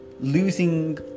losing